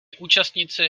účastníci